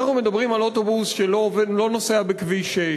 אנחנו מדברים על אוטובוס שלא נוסע בכביש 6,